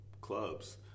clubs